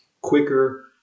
quicker